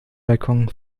balkon